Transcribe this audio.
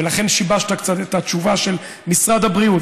ולכן, שיבשת קצת את התשובה של משרד הבריאות.